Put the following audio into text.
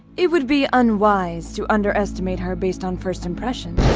it would be unwise to underestimate her based on first impressions.